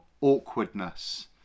awkwardness